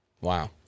Wow